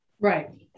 Right